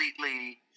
completely